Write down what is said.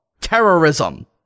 Terrorism